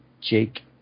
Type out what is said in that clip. Jake